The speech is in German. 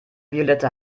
violette